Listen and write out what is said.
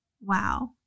wow